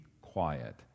quiet